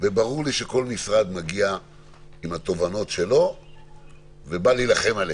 ברור לי שכל משרד מגיע עם התובנות שלו ובא להילחם עליהן.